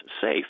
safe